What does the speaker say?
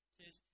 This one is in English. says